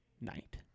night